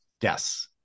Yes